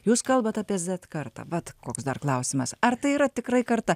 jūs kalbate apie zet kartą vat koks dar klausimas ar tai yra tikra karta